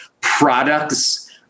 Products